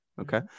Okay